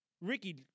Ricky